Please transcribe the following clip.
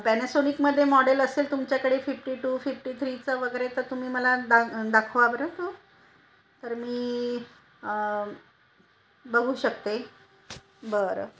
पॅनसोनिकमध्ये model असेल तुमच्याकडे fifty two fifty थ्रीचं वगैरे तर तुम्ही मला दा दाखवा बरं तो तर मी बघू शकते बरं